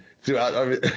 throughout